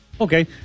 Okay